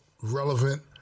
relevant